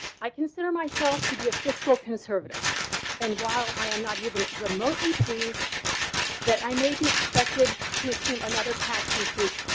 i can myself to be a fiscal conservative and while i am not even remotely pleased that i may be expected to assume another tax increase.